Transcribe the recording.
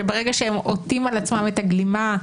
שברגע שהם עוטים על עצמם את הגלימה,